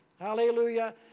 hallelujah